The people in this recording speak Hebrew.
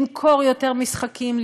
למכור יותר משחקים,